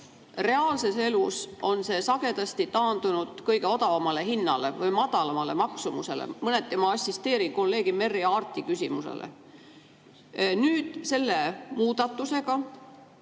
Reaalses elus on see sagedasti taandunud kõige odavamale hinnale või madalamale maksumusele. Mõneti ma assisteerin kolleeg Merry Aarti küsimust. Nüüd selle muudatusega